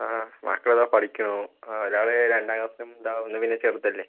ആ മക്കളിതാ പഠിക്കുന്നു ഒരാള് രണ്ടാം ക്ലാസ്സിലും ഒന്നു പിന്നെ ചെറുതല്ലേ